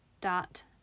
dot